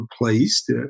replaced